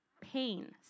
pain